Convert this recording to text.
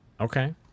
Okay